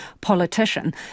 politician